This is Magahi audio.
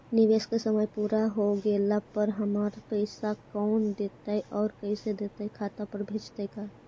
निवेश के समय पुरा हो गेला पर हमर पैसबा कोन देतै और कैसे देतै खाता पर भेजतै का?